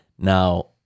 Now